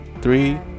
three